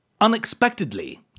unexpectedly